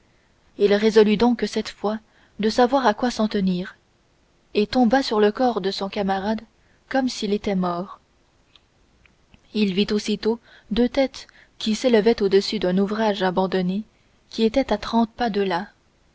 il résolut donc cette fois de savoir à quoi s'en tenir et tomba sur le corps de son camarade comme s'il était mort il vit aussitôt deux têtes qui s'élevaient au-dessus d'un ouvrage abandonné qui était à trente pas de là